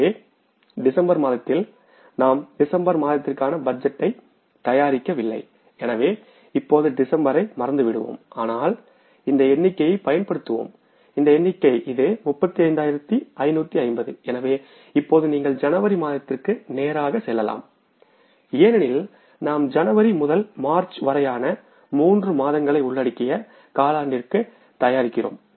எனவே டிசம்பர் மாதத்தில் நாம் டிசம்பர் மாதத்திற்கான பட்ஜெட்டை தயாரிக்கவில்லைஎனவே இப்போது டிசம்பரை மறந்துவிடுவோம் ஆனால் இந்த எண்ணிக்கையைப் பயன்படுத்துவோம் இந்த எண்ணிக்கை 35550எனவே இப்போது நீங்கள் ஜனவரி மாதத்திற்கு நேராக செல்லலாம்ஏனெனில் நாம் ஜனவரி முதல் மார்ச் வரையான மூன்று மாதங்களை உள்ளடுக்கிய காலாண்டிற்கு பட்ஜெட் தயாரிக்கிறோம்